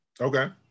Okay